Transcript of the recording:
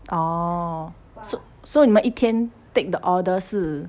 oh so 你们一天 take 的 order 是